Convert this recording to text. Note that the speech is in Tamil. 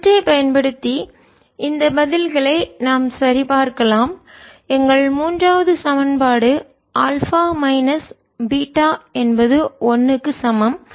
இவற்றை பயன்படுத்தி இந்த பதில்களை நாம் சரிபார்க்கலாம் எங்கள் மூன்றாவது சமன்பாடு ஆல்பா மைனஸ் பீட்டா என்பது 1 க்கு சமம்